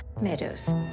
Meadows